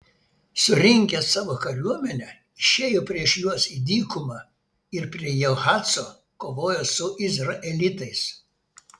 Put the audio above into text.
surinkęs savo kariuomenę išėjo prieš juos į dykumą ir prie jahaco kovojo su izraelitais